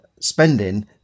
spending